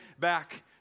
back